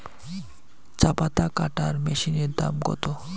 চাপাতা কাটর মেশিনের দাম কত?